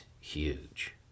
huge